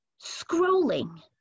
scrolling